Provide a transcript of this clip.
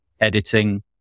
editing